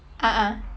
ah ah